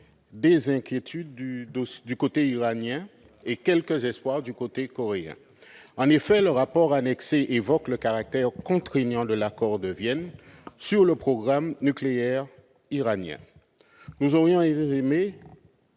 des inquiétudes du côté iranien et quelques espoirs du côté coréen. En effet, le rapport annexé évoque le caractère contraignant de l'accord de Vienne sur le programme nucléaire iranien. Hélas,